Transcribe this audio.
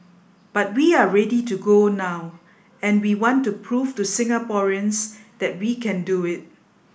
but we are ready to go now and we want to prove to Singaporeans that we can do it